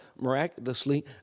miraculously